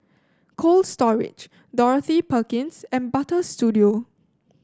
Cold Storage Dorothy Perkins and Butter Studio